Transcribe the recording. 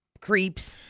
creeps